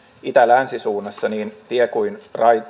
itä länsi suunnassa niin tie kuin